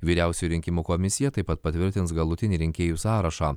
vyriausioji rinkimų komisija taip pat patvirtins galutinį rinkėjų sąrašą